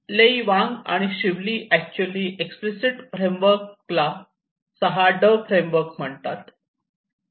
Lei आणि Wang शिवली actually explicit framework ला "6 ड फ्रेमवर्क" म्हणतात